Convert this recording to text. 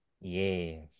Yes